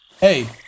Hey